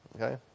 Okay